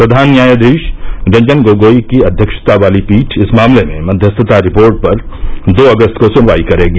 प्रधान न्यायाधीश रंजन गोगोई की अध्यक्षता वाली पीठ इस मामले में मध्यस्थता रिपोर्ट पर दो अगस्त को सुनवाई करेगा